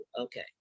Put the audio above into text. okay